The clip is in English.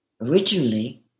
originally